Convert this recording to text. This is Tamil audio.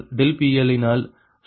PL யினால் சுமை மாற்றப்பட்டுள்ளது